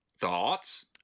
thoughts